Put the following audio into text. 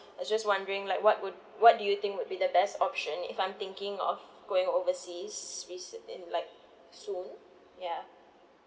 I just wondering like what would what do you think would be the best option if I'm thinking of going overseas basically like soon ya